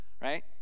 right